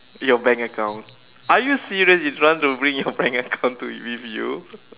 your bank account are you serious you don't want to bring your bank account to with you